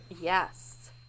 Yes